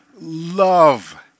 love